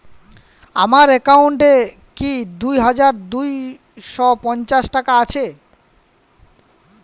আমার অ্যাকাউন্ট এ কি দুই হাজার দুই শ পঞ্চাশ টাকা আছে?